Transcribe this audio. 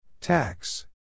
Tax